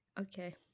Okay